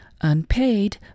unpaid